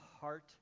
heart